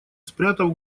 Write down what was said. спрятав